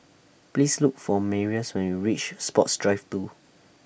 Please Look For Marius when YOU REACH Sports Drive two